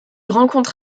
rencontre